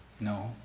No